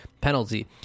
penalty